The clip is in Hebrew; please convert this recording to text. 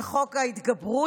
וחוק ההתגברות,